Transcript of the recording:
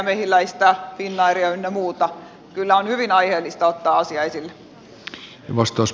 mehiläistä finnairia ynnä muuta on kyllä hyvin aiheellista ottaa esille